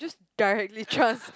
just directly trans~